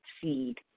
seed